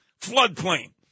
floodplain